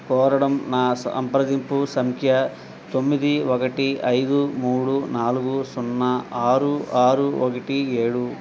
కోరడం నా సంప్రదింపు సంఖ్య తొమ్మిది ఒకటి ఐదు మూడు నాలుగు సున్నా ఆరు ఆరు ఒకటి ఏడు